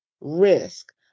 risk